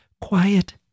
quiet